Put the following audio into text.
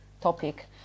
topic